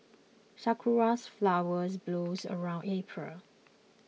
sakura flowers bloom around April